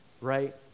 right